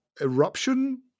eruption